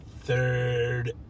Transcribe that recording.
third